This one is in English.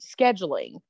scheduling